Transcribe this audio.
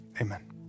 Amen